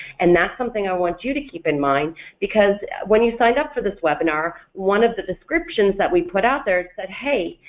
and that's something i want you to keep in mind because when you signed up for this webinar one of the descriptions that we put out there said hey,